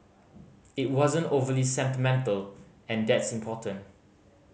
it wasn't overly sentimental and that's important